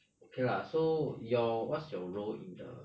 okay lah so your what's your role in the